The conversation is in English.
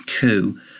coup